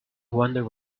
wonder